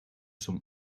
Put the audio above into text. some